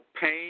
pain